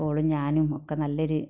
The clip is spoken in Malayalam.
ഓളും ഞാനും ഒക്കെ നല്ലൊരു